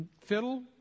fiddle